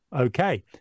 Okay